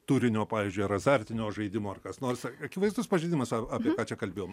turinio pavyzdžiui ar azartinio žaidimo ar kas nors akivaizdus pažeidimas apie ką čia kalbėjom